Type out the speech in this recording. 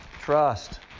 trust